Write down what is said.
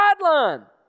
sideline